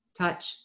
touch